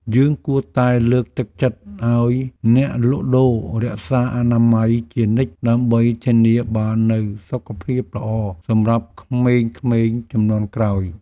យើងគួរតែលើកទឹកចិត្តឱ្យអ្នកលក់ដូររក្សាអនាម័យជានិច្ចដើម្បីធានាបាននូវសុខភាពល្អសម្រាប់ក្មេងៗជំនាន់ក្រោយ។